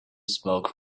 smoke